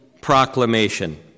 proclamation